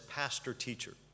pastor-teacher